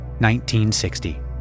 1960